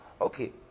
Okay